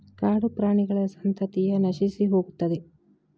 ಕಾಡುಪ್ರಾಣಿಗಳ ಸಂತತಿಯ ನಶಿಸಿಹೋಗುತ್ತದೆ